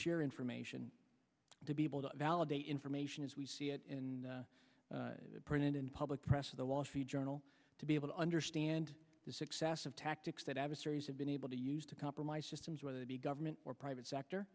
share information to be able to validate information as we see it in print and in public press for the last few journal to be able to understand the success of tactics that adversaries have been able to use to compromise systems whether they be government or private sector